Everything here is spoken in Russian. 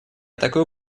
такую